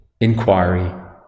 inquiry